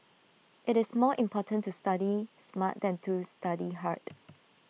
IT is more important to study smart than to study hard